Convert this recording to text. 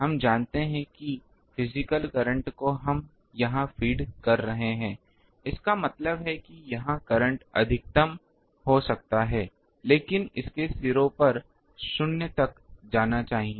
हम जानते हैं की फिजिकली करंट को हम यहां फीड कर रहे हैं इसका मतलब है कि यहाँ करंटअधिकतम हो सकता है लेकिन इसे सिरों पर शून्य तक जाना चाहिए